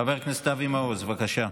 חבר הכנסת אבי מעוז, בבקשה.